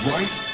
Right